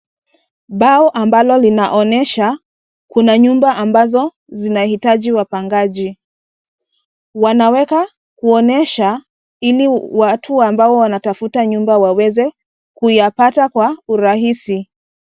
Bao ambalo linaonyesha kuna nyumba ambazo zinahitaji wapangaji. Wanaweka kuonyesha ili watu wanaotafuta nyumba waweze kuyapata kwa urahisi.